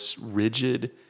rigid